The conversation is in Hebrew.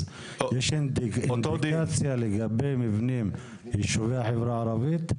אז יש אינדיקציה לגבי מבנים בישובי החברה הערבית?